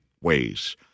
ways